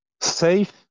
safe